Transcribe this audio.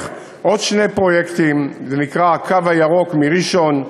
עוד שני פרויקטים: "הקו הירוק" מראשון,